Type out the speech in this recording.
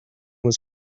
was